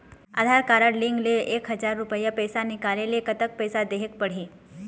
आधार card link ले एक हजार रुपया पैसा निकाले ले कतक पैसा देहेक पड़ही?